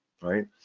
right